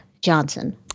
Johnson